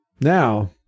now